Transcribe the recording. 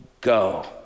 go